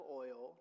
oil